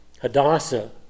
Hadassah